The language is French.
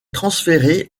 transféré